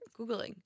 Googling